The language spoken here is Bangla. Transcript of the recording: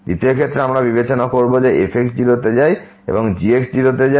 দ্বিতীয় ক্ষেত্রে আমরা বিবেচনা করব যে f 0 তে যায় এবং এই g 0 তে যায়